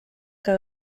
que